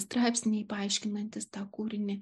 straipsniai paaiškinantys tą kūrinį